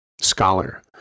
scholar